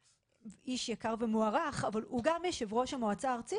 איש יקר ומוערך אבל הוא גם יושב-ראש המועצה הארצית